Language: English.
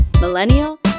millennial